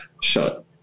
shut